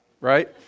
right